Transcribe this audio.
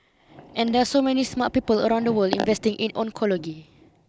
and there are so many smart people around the world investing in oncology